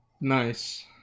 Nice